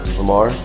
lamar